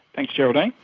thanks, geraldine.